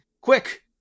quick